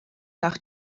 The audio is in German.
nach